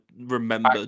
remember